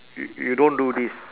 y~ you don't do this